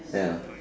ya